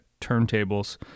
turntables